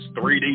3D